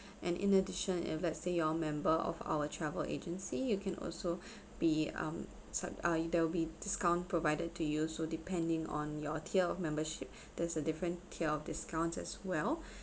and in addition if let's say you are a member of our travel agency you can also be um sa~ uh there will be discount provided to you so depending on your tier of membership there's a different tier of discounts as well